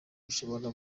bishobora